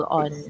on